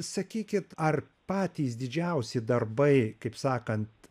sakykit ar patys didžiausi darbai kaip sakant